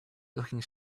looking